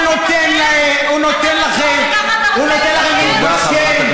הוא נותן לכם להתבשל, אתה בטוח?